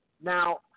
Now